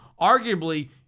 Arguably